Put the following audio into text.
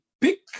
pick